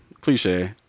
cliche